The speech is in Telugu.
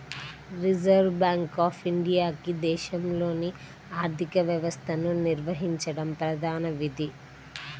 రిజర్వ్ బ్యాంక్ ఆఫ్ ఇండియాకి దేశంలోని ఆర్థిక వ్యవస్థను నిర్వహించడం ప్రధాన విధి